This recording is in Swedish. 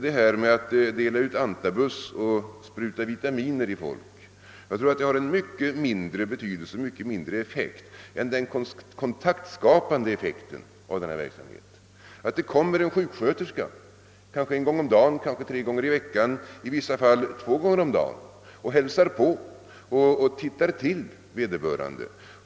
Jag tror att detta att dela ut antabus och spruta vitaminer i folk har mycket mindre betydelse än den kontaktskapande effekten av verksamheten — att det kommer en sjuksköterska kanske en gång om dagen, kanske tre gånger i veckan eller i vissa fall kanske två gånger om dagen och hälsar på, tittar till vederbörande.